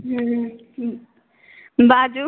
हुँ बाजू